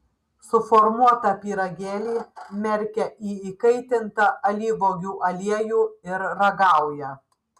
suformuotą pyragėlį merkia į įkaitintą alyvuogių aliejų ir ragauja